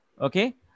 okay